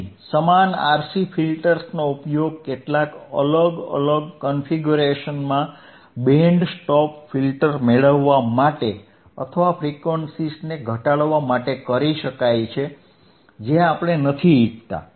તેથી સમાન RC ફિલ્ટર્સનો ઉપયોગ કેટલાક અલગ અલગ કનફિગ્યુરેશન માં બેન્ડ સ્ટોપ ફિલ્ટર મેળવવા માટે અથવા ફ્રીક્વન્સીઝને ઘટાડવા માટે કરી શકાય છે જે આપણે નથી ઈચ્છતા